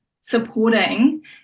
supporting